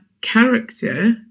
character